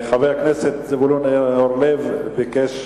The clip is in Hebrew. חבר הכנסת זבולון אורלב ביקש,